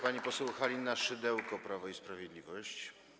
Pani poseł Halina Szydełko, Prawo i Sprawiedliwość.